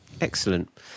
Excellent